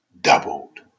doubled